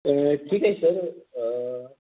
ठीक आहे सर